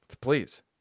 Please